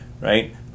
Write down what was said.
right